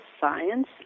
science